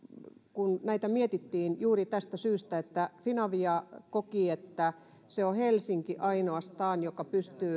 näitä mietittiin juuri tästä syystä että finavia koki että se on ainoastaan helsinki joka